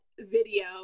video